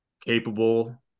capable